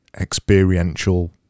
experiential